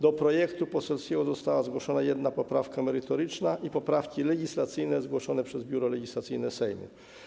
Do projektu poselskiego została zgłoszona jedna poprawka merytoryczna i poprawki legislacyjne zgłoszone przez Biuro Legislacyjne Sejmu.